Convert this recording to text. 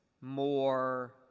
more